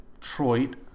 Detroit